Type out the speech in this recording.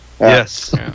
Yes